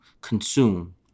consume